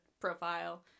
profile